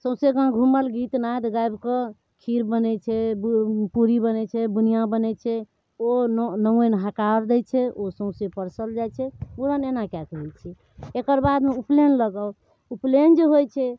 सौँसे गाँव घुमल गीत नाद गाबि कऽ खीर बनै छै बु पूरी बनै छै बुनिआ बनै छै ओ नौआइन हकार दै छै ओ सौँसे परसल जाइ छै मुरन एना कए कऽ होइ छै एकरबादमे उपनयन लग आउ उपनयन जे होइ छै